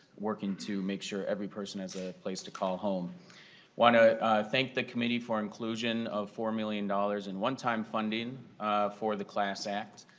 working to make sure every person is a place to call home. i want to thank the committee for inclusion of four million dollars in one-time funding for the class act.